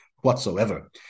whatsoever